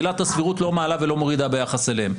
עילת הסבירות לא מעלה ולא מורידה ביחס אליה.